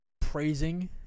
Praising